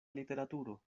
literaturo